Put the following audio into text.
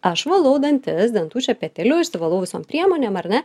aš valau dantis dantų šepetėliu išsivalau visom priemonėm ar ne